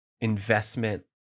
investment